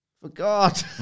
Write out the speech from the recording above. Forgot